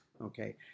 okay